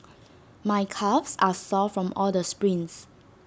my calves are sore from all the sprints